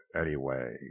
anyway